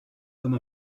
comme